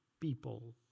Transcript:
people